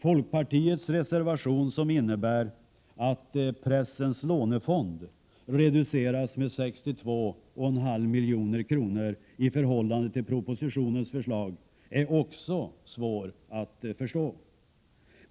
Folkpartiets reservation, som innebär att pressens lånefond reduceras med 62,5 milj.kr. i förhållande till propositionens förslag, är också svår att förstå.